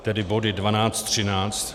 Tedy body 12, 13.